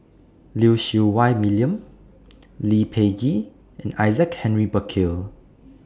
Lim Siew Wai William Lee Peh Gee and Isaac Henry Burkill